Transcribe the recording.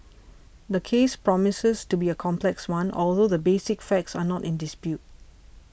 the case promises to be a complex one although the basic facts are not in dispute